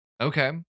Okay